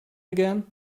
again